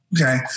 Okay